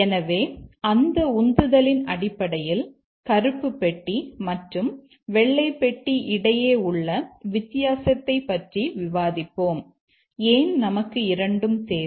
எனவே அந்த உந்துதலின் அடிப்படையில் கருப்பு பெட்டி மற்றும் வெள்ளை பெட்டி இடையே உள்ள வித்தியாசத்தைப் பற்றி விவாதிப்போம் ஏன் நமக்கு இரண்டும் தேவை